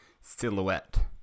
silhouette